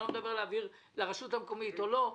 אני לא מדבר על להעביר לרשות המקומית או לא.